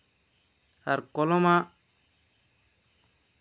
ᱟᱨ ᱠᱚᱞᱚᱢᱟᱜ